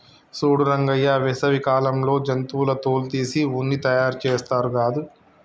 సూడు రంగయ్య వేసవి కాలంలో జంతువుల తోలు తీసి ఉన్ని తయారుచేస్తారు గాదు